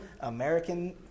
American